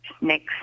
next